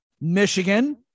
Michigan